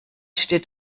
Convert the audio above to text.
steht